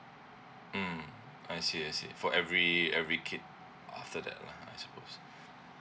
mm I see I see for every every kid after that lah I suppose